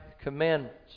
commandments